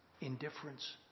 indifference